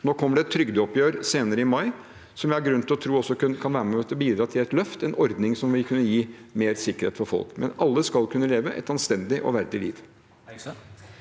Nå kommer det et trygdeoppgjør senere i mai som vi har grunn til å tro at også kan være med på å bidra til et løft, en ordning som vil kunne gi mer sikkerhet for folk. Alle skal kunne leve et anstendig og verdig liv.